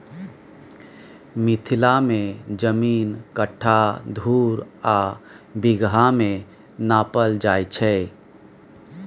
मिथिला मे जमीन कट्ठा, धुर आ बिगहा मे नापल जाइ छै